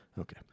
Okay